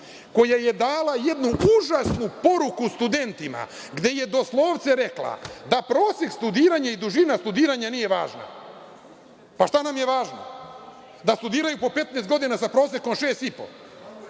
koja je dala jednu užasnu poruku studentima, gde je do slovce rekla da prosek studiranja i dužina studiranja nije važna. Pa šta nam je važno? Da studiraju po 15 godina sa prosekom šest